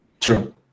True